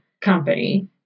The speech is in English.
company